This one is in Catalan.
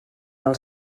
del